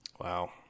Wow